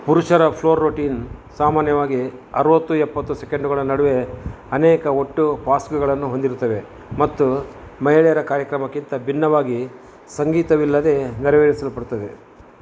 ಪುರುಷರ floor routine ಸಾಮಾನ್ಯವಾಗಿ ಅರುವತ್ತು ಎಪ್ಪತ್ತು ಸೆಕೆಂಡುಗಳ ನಡುವೆ ಅನೇಕ ಒಟ್ಟು ಪಾಸ್ಕ್ಗಗಳನ್ನು ಹೊಂದಿರುತ್ತವೆ ಮತ್ತು ಮಹಿಳೆಯರ ಕಾರ್ಯಕ್ರಮಕ್ಕಿಂತ ಭಿನ್ನವಾಗಿ ಸಂಗೀತವಿಲ್ಲದೇ ನೆರವೇರಿಸಲ್ಪಡುತ್ತದೆ